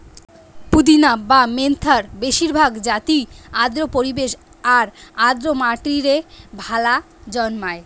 পুদিনা বা মেন্থার বেশিরভাগ জাতিই আর্দ্র পরিবেশ আর আর্দ্র মাটিরে ভালা জন্মায়